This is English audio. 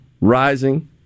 rising